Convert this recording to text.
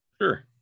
sure